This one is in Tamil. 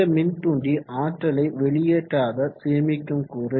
இந்த மின் தூண்டி ஆற்றலை வெளியேற்றாத சேமிக்கும் கூறு